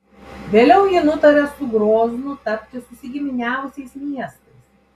vėliau ji nutarė su groznu tapti susigiminiavusiais miestais